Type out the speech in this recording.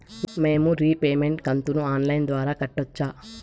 మేము రీపేమెంట్ కంతును online ద్వారా కట్టొచ్చా